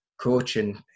coaching